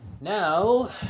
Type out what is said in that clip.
now